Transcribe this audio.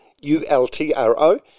U-L-T-R-O